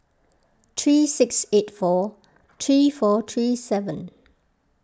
three six eight four three four three seven